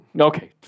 Okay